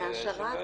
זה העשרה